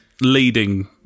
leading